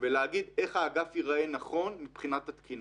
ולהגיד איך האגף ייראה נכון מבחינת התקינה.